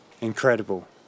Incredible